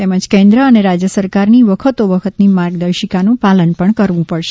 તેમજ કેન્દ્ર અને રાજ્ય સરકારની વખતો વખતની માર્ગદર્શિકાનું પાલન કરવું પડશે